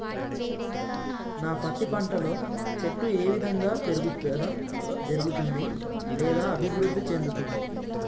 నా పత్తి పంట లో చెట్టు ఏ విధంగా పెరుగుదల జరుగుతుంది లేదా అభివృద్ధి చెందుతుంది?